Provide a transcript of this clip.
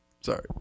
Sorry